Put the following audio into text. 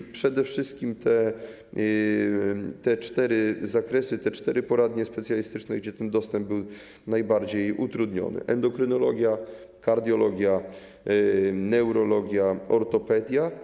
To są przede wszystkim te cztery zakresy, te cztery poradnie specjalistyczne, gdzie dostęp był najbardziej utrudniony - endokrynologia, kardiologia, neurologia, ortopedia.